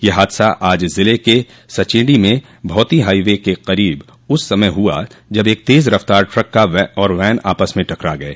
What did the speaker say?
यह हादसा आज जिले के सचेंडी में भौती हाई वे के करीब उस समय हुआ जब एक तेज़ रफ़्तार ट्रक और वैन आपस में टकरा गये